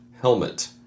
helmet